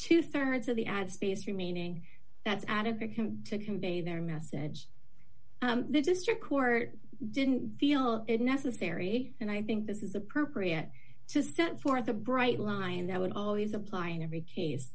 two thirds of the ad space remaining that's adequate him to convey their message the district court didn't feel it necessary and i think this is appropriate to set forth a bright line that would always apply in every case